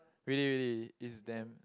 really really it's damn